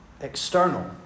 external